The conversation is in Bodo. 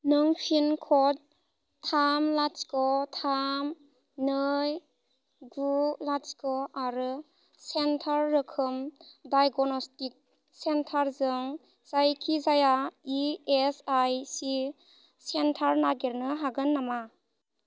नों पिनक'ड थाम लाथिख' थाम नै गु लाथिख' आरो सेन्टार रोखोम डाइग'नस्टिक सेन्टारजों जायखिजाया इएसआइसि सेन्टार नागिरनो हागोन नामा